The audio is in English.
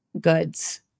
goods